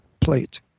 plate